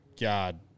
God